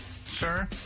Sir